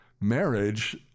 marriage